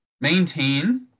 maintain